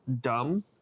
dumb